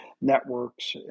networks